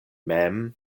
mem